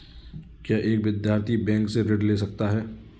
क्या एक विद्यार्थी बैंक से ऋण ले सकता है?